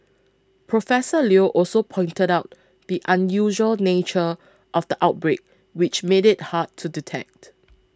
Professor Leo also pointed out the unusual nature of the outbreak which made it hard to detect